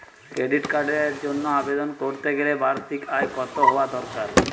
Credit কার্ডের জন্য আবেদন করতে গেলে বার্ষিক আয় কত হওয়া দরকার?